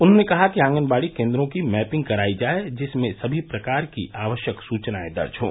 उन्होंने कहा कि आंगनबाड़ी केन्द्रों की मैपिंग कराई जाये जिसमें समी प्रकार की आवश्यक सूचनाएं दर्ज हों